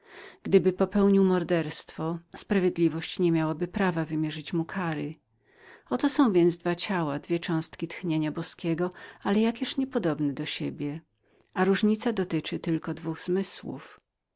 gdyby popełnił morderstwo sprawiedliwość nie miała by prawa wymierzenia nań kary oto są więc dwa duchy dwie cząstki tchnienia boskiego ale zkądże powstaje w nich tak znaczna różnica chociaż idzie tylko obrako brak dwóch zmysłów